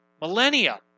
millennia